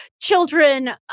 children